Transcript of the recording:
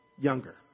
younger